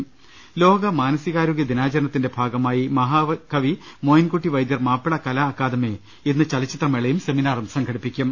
്്്്്്് ലോക മാനസികാരോഗൃ ദിനാചരണത്തിന്റെ ഭാഗമായി മഹാകവി മോയിൻകുട്ടി വൈദ്യർ മാപ്പിള കലാ അക്കാദമി ഇന്ന് ചലച്ചിത്രമേളയും സെമിനാറും സംഘടിപ്പിക്കും